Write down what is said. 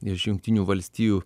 iš jungtinių valstijų